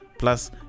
Plus